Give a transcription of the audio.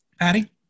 Patty